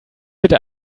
bitte